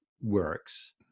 works